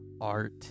art